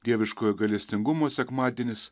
dieviškojo gailestingumo sekmadienis